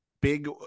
big